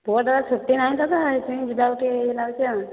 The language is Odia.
ପୁଅଟାର ଛୁଟି ନାହିଁ ତ ସେଥିପାଇଁ ଯିବାକୁ ଟିକେ ୟେ ଲାଗୁଛି ଆଉ